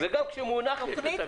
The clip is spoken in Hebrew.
כל עוד זה לא הונח וגם כשמונח, יש לתקן.